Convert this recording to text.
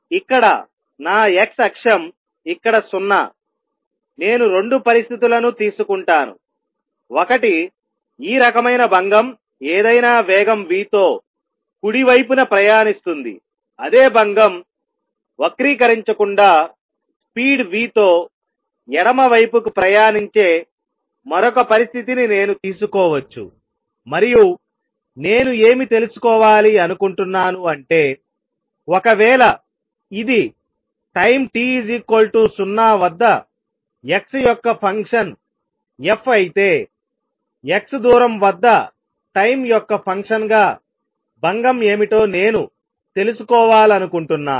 కాబట్టి ఇక్కడ నా x అక్షం ఇక్కడ 0నేను 2 పరిస్థితులను తీసుకుంటానుఒకటి ఈ రకమైన భంగం ఏదైనా వేగం v తో కుడి వైపున ప్రయాణిస్తుందిఅదే భంగం వక్రీకరించకుండా స్పీడ్ v తో ఎడమ వైపుకు ప్రయాణించే మరొక పరిస్థితిని నేను తీసుకోవచ్చు మరియు నేను ఏమి తెలుసుకోవాలి అనుకుంటున్నాను అంటేఒక వేళ ఇది టైం t0 వద్ద x యొక్క ఫంక్షన్ f అయితేx దూరం వద్ద టైం యొక్క ఫంక్షన్ గా భంగం ఏమిటో నేను తెలుసుకోవాలనుకుంటున్నాను